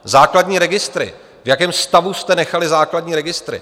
Základní registry v jakém stavu jste nechali základní registry?